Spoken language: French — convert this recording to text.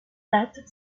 date